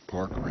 Park